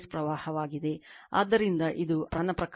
ಆದ್ದರಿಂದ ಇದು ನನ್ನ I p ಪರಿಮಾಣ ಪ್ರಕಾರ